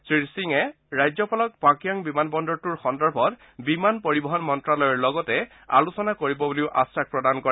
শ্ৰীসিঙে ৰাজ্যপালক পাকায়ং বিমানবন্দৰটোৰ সন্দৰ্ভত বিমান পৰিবহন মন্তালয়ৰ লগত আলোচনা কৰিব বুলি আশ্বাস প্ৰদান কৰে